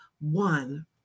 one